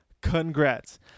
Congrats